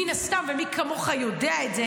מן הסתם, ומי כמוך יודע את זה